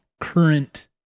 current